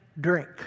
drink